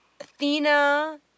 Athena